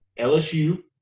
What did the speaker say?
LSU